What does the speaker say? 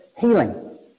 Healing